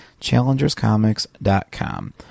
challengerscomics.com